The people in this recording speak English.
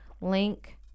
link